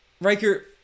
Riker